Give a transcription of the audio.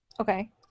Okay